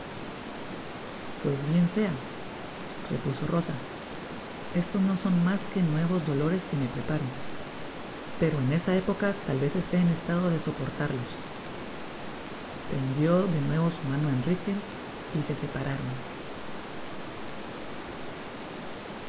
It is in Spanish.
trbues bien sea repuso rosa estos no son mas que nuevos dolores que me preparo pero en esa época tal vez esté en estado de soportarlos tendió de nuevo su mano á enrique y se separaron